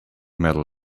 metal